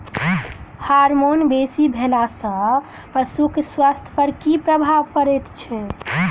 Hormone बेसी भेला सॅ पशुक स्वास्थ्य पर की प्रभाव पड़ैत छै?